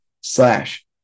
slash